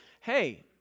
Hey